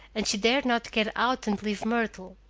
and she dared not get out and leave myrtle.